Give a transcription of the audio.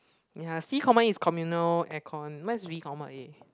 ya C comma is communal aircon mine is V comma A